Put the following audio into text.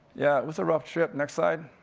yeah, it was a rough trip, next slide.